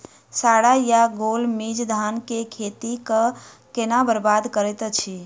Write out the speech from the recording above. साढ़ा या गौल मीज धान केँ खेती कऽ केना बरबाद करैत अछि?